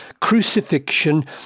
crucifixion